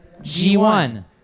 G1